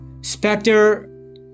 Spectre